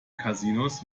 casinos